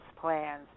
plans